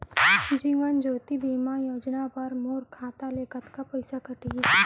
जीवन ज्योति बीमा योजना बर मोर खाता ले कतका पइसा कटही?